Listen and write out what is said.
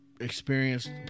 experienced